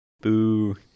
Boo